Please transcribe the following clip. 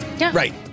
Right